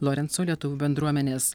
lorenco lietuvių bendruomenės